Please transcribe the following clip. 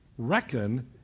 Reckon